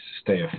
stay